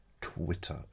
Twitter